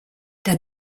der